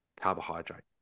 carbohydrate